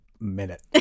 minute